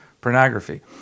pornography